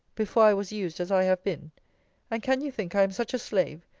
before i was used as i have been and can you think i am such a slave,